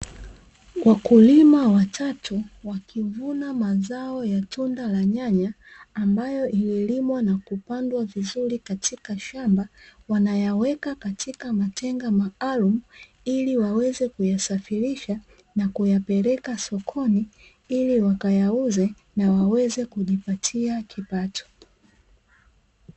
Wakulima watatu wakivuna mazao ya tunda la nyanya ambayo zililimwa na kupandwa vizuri katika shamba ,wanayaweka katika matenga maalumu ili wawezae kuyasafirisha na kuyapeleka sokoni ili wakayauze na waweze kujipatia kipato.